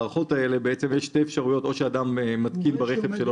בעצם יש שתי אפשרויות: או שאדם מתקין ברכב שלו